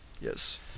Yes